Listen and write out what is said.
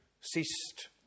ceased